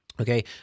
Okay